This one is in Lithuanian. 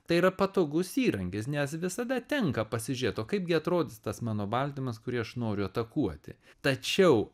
tai yra patogus įrankis nes visada tenka pasižiūrėt o kaipgi atrodys tas mano baltymas kurį aš noriu atakuoti tačiau